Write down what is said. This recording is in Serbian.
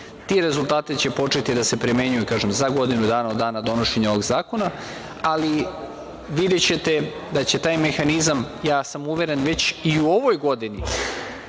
rezultati će početi da se primenjuju za godinu dana od dana donošenja ovog zakona, ali videćete da će taj mehanizam, ja sam uveren, već i u ovoj godini,